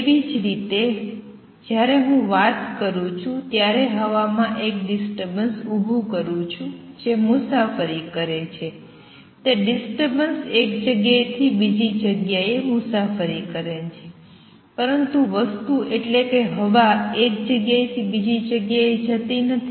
તેવી જ રીતે જ્યારે હું વાત કરું છું ત્યારે હવામાં એક ડિસ્ટર્બન્સ ઊભું કરું છું જે મુસાફરી કરે છે તે ડિસ્ટર્બન્સ એક જગ્યાએથી બીજી જગ્યાએ મુસાફરી કરે છે પરંતુ વસ્તુ એટલે કે હવા એક જગ્યાએથી બીજી જગ્યાએ જતી નથી